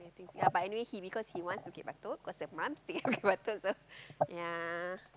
ya but anyway he because he wants Bukit-Batok cause his mum stay Bukit-Batok so ya